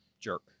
jerk